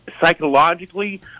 psychologically